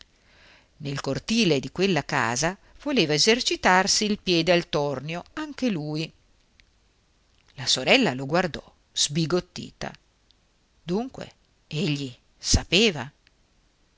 nel cortile di quella casa voleva esercitarsi il piede al tornio anche lui la sorella lo guardò sbigottita dunque egli sapeva